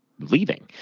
leaving